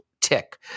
tick